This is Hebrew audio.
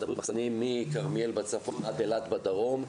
הבריאות מחסנים מכרמיאל בצפון עד אילת בדרום,